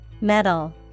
metal